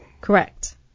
Correct